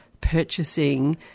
purchasing